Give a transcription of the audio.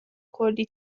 کلّی